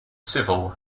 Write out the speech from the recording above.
civil